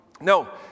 no